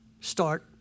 start